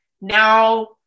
now